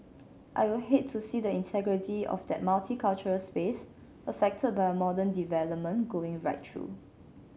I will hate to see the integrity of that multicultural space affected by a modern development going right through